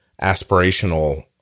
aspirational